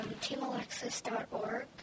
teamalexis.org